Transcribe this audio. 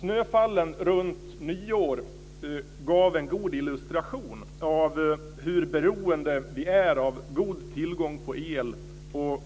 Snöfallen runt nyår gav en illustration av hur beroende vi är av god tillgång till el och av